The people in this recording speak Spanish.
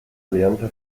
alianza